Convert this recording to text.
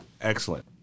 Excellent